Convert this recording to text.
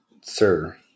sir